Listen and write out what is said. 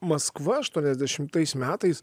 maskva aštuoniasdešimtais metais